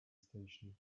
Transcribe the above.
station